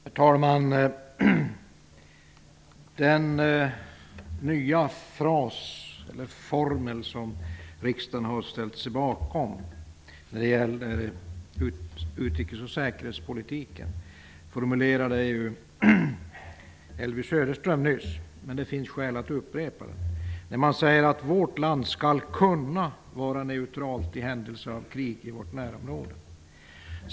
Herr talman! Den nya formel som riksdagen har ställt sig bakom när det gäller utrikes och säkerhetspolitiken uttalade Elvy Söderström nyss, men det finns skäl att upprepa den. Man säger att ''vårt land skall kunna vara neutralt i händelse av krig i vårt närområde''.